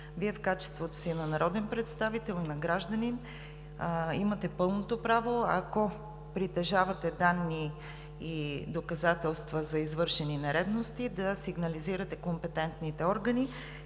Вие в качеството си на народен представител и на гражданин имате пълното право, ако притежавате данни и доказателства за извършени нередности, да сигнализирате компетентните органи